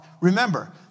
Remember